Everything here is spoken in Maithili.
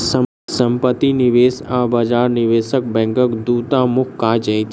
सम्पत्ति निवेश आ बजार निवेश बैंकक दूटा मुख्य काज अछि